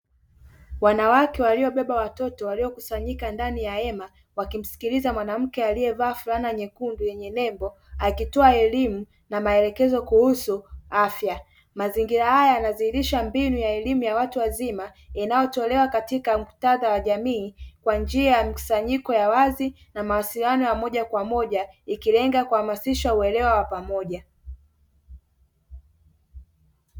Wanawake waliobeba watoto waliokusanyika ndani ya hema, wakimsikiliza mwanamke aliyevaa fulana nyekundu yenye nembo akitoa elimu na melekezo kuhusu afya. Mazingira haya yanadhirisha mbinu ya elimu ya watu wazima inayotolewa katika muktadha wa jamii kwa njia ya mkusanyiko ya wazi na mawasiliano ya moja kwa moja, ikilenga kuhamasisha uelewa wa pamoja.